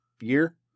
Year